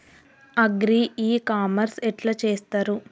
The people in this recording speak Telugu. అగ్రి ఇ కామర్స్ ఎట్ల చేస్తరు?